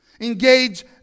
Engage